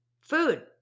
Food